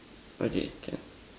okay can